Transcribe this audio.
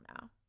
now